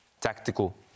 tactical